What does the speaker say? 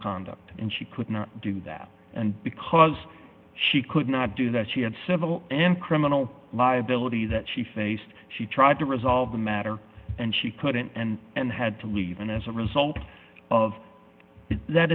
conduct and she could not do that and because she could not do that she had civil and criminal liability that she thinks she tried to resolve the matter and she couldn't and and had to leave and as a result of that